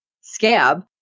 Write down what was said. Scab